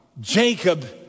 Jacob